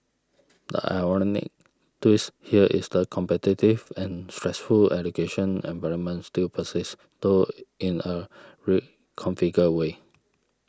the ironic twist here is the competitive and stressful education environment still persists though in a reconfigured way